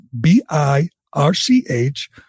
B-I-R-C-H